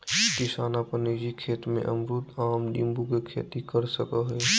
किसान अपन निजी खेत में अमरूद, आम, नींबू के खेती कर सकय हइ